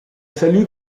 fallu